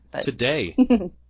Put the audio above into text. Today